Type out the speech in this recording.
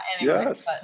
Yes